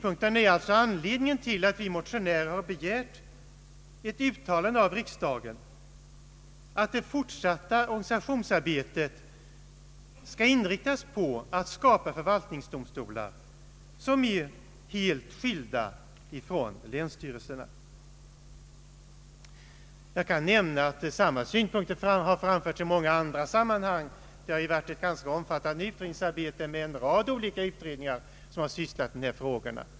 Dessa synpunkter är alltså anledningen till att vi motionärer har begärt ett uttalande av riksdagen att det fortsatta organisationsarbetet skall inriktas på att skapa förvaltningsdomstolar som är helt skilda från länsstyrelserna. Jag kan nämna att samma synpunkter har framförts i många andra sammanhang. Det har ju varit ett ganska omfattande utredningsarbete, och en rad olika utredningar har sysslat med dessa frågor.